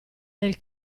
del